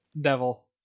devil